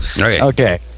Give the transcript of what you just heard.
Okay